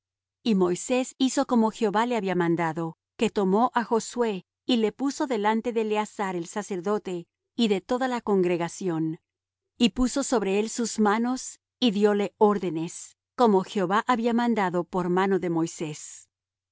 y moisés hizo como jehová le había mandado que tomó á josué y le puso delante de eleazar el sacerdote y de toda la congregación y puso sobre él sus manos y dióle órdenes como jehová había mandado por mano de moisés y